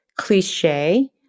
cliche